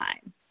time